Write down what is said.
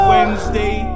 Wednesday